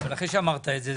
אבל אחרי שאמרת את זה,